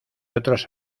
otros